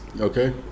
okay